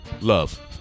love